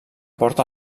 porta